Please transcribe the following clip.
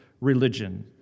religion